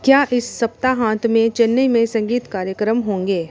क्या इस सप्ताहांत में चेन्नई में संगीत कार्यक्रम होंगे